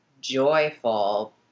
joyful